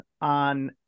on